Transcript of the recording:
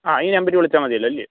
ആ ഈ നമ്പറിൽ വിളിച്ചാൽ മതിയല്ലോ അല്ലേ